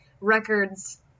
records